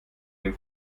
dem